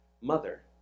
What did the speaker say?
mother